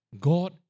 God